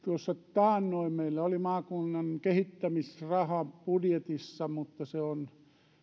taannoin meillä oli maakunnan kehittämisraha budjetissa mutta se on